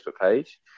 page